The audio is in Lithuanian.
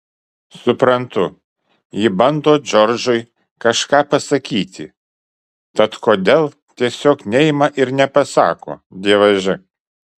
suprantu ji bando džordžui kažką pasakyti tad kodėl tiesiog neima ir nepasako dievaži